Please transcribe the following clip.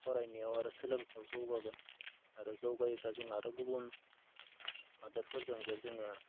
फरायनायाव आरो सोलोंथायाव जौगागोन आरो जौगायोब्ला जों आरो गुबुन हादोरफोरजोंबो जोङो